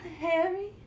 Harry